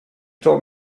told